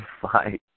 fight